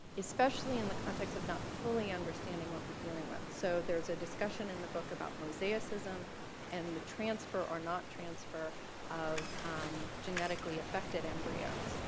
especially in the context of not fully understanding what we're dealing with. so there's a discussion in the book about mosaicism and the transfer are not transfer of genetically effected embryos.